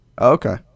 Okay